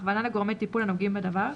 הכוונה לגורמי טיפול הנוגעים בדבר,